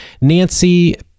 Nancy